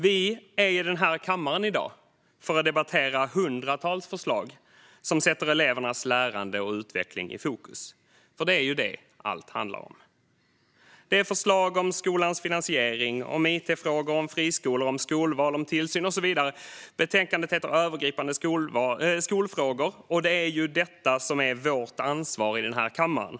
Vi är i den här kammaren i dag för att debattera hundratals förslag som sätter elevernas lärande och utveckling i fokus. För det är ju det allt handlar om. Det är förslag om skolans finansiering, om it-frågor, om friskolor, om skolval, om tillsyn och så vidare. Betänkandet heter Övergripande skolfrågor , och det är detta som är vårt ansvar i den här kammaren.